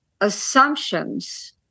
assumptions